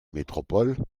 métropoles